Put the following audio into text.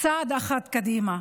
צעד אחד קדימה,